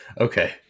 Okay